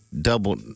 double